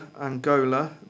Angola